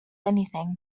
anything